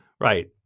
right